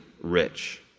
rich